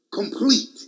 Complete